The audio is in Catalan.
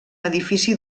edifici